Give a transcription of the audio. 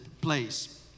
place